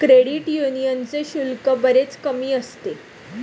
credit यूनियनचे शुल्क बरेच कमी असते